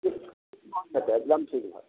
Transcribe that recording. ठीक हय तऽ एकदम ठीक होयत